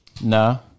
No